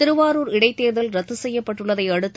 திருவாரூர் இடைத் தேர்தல் ரத்து செய்யப்பட்டுள்ளதை அடுத்து